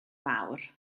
mawr